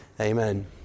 Amen